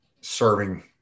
serving